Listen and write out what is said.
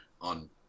on